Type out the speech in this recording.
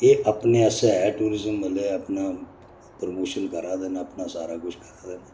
एह् अपने आस्तै ऐ टूरिजम मतलब अपना प्रमोशन करा दे अपना सारा कुछ करा दे न